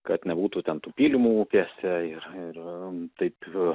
kad nebūtų ten tų pylimų upėse ir ir taip